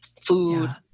food